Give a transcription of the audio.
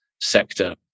sector